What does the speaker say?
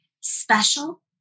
special